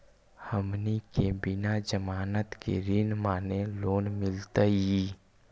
हमनी के बिना जमानत के ऋण माने लोन मिलतई?